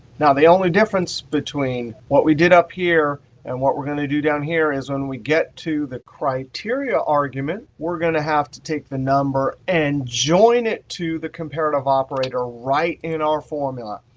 the only difference between what we did up here and what we're going to do down here is, when we get to the criteria argument, we're going to have to take the number and join it to the comparative operator right in our formula.